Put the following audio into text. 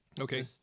Okay